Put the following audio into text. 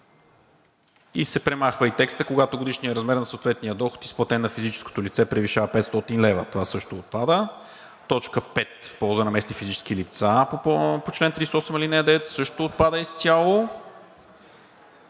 18“, премахва се и текстът „когато годишният размер на съответния доход, изплатен на физическото лице, превишава 500 лв.“ – това също отпада. В т. 5 „в полза на местни физически лица по чл. 38, ал. 9“ също отпада изцяло.